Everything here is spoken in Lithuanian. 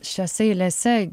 šiose eilėse